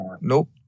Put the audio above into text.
Nope